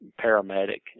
paramedic